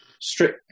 strip